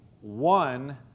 one